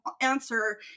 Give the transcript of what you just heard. answer